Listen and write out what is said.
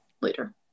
later